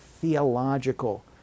theological